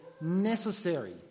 necessary